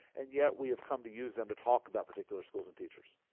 and yet we have come to use them to talk about particular schools and teachers.